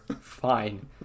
Fine